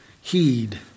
heed